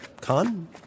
con